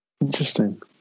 Interesting